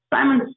Simon